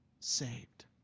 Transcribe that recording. saved